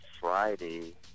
Friday